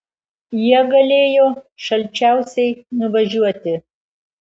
jie galėjo šalčiausiai nuvažiuoti